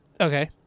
Okay